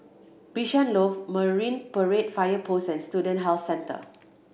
Bishan Loft Marine Parade Fire Post and Student Health Centre